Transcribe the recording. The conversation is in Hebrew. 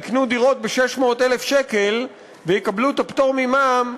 יקנו דירות ב-600,000 שקל ויקבלו את הפטור ממע"מ,